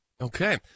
Okay